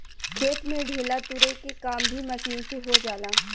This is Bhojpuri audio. खेत में ढेला तुरे के काम भी मशीन से हो जाला